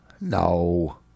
No